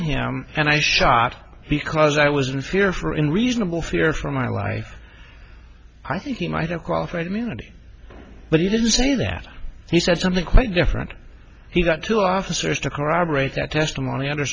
him and i shot because i was in fear for in reasonable fear for my life i think he might have qualified immunity but he didn't say that he said something quite different he got two officers to corroborate that testimony under